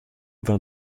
vingt